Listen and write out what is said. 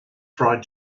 fried